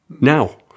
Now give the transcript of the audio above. now